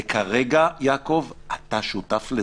וכרגע, יעקב, אתה שותף לזה.